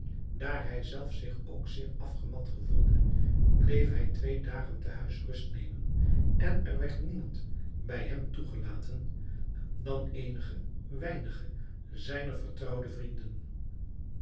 daar hij zelf zich ook zeer afgemat gevoelde bleef hij twee dagen te huis rust nemen en er werd niemand bij hem toegelaten dan eenige weinige zijner vertrouwde vrienden